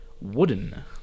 wooden